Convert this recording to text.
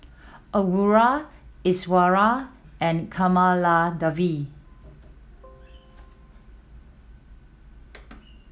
Aruna Iswaran and Kamaladevi